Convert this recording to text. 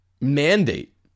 mandate